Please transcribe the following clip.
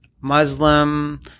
Muslim